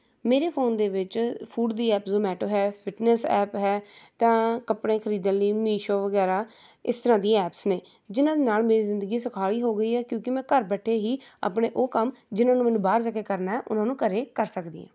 ਮੇਰੇ ਫ਼ੋਨ ਦੇ ਵਿੱਚ ਫੂਡ ਦੀ ਐਪ ਜ਼ੋਮੈਟੋ ਹੈ ਫਿੱਟਨੈੱਸ ਐਪ ਹੈ ਤਾਂ ਕੱਪੜੇ ਖਰੀਦਣ ਲਈ ਮਿਸ਼ੋ ਵਗੈਰਾ ਇਸ ਤਰ੍ਹਾਂ ਦੀਆਂ ਐਪਸ ਨੇ ਜਿਨ੍ਹਾਂ ਨਾਲ ਮੇਰੀ ਜ਼ਿੰਦਗੀ ਸੁਖਾਲੀ ਹੋ ਗਈ ਹੈ ਕਿਉਂਕਿ ਮੈਂ ਘਰ ਬੈਠੇ ਹੀ ਆਪਣੇ ਉਹ ਕੰਮ ਜਿਨ੍ਹਾਂ ਨੂੰ ਮੈਨੂੰ ਬਾਹਰ ਜਾ ਕੇ ਕਰਨਾ ਹੈ ਉਨ੍ਹਾਂ ਨੂੰ ਘਰ ਕਰ ਸਕਦੀ ਹਾਂ